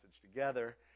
together